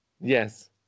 Yes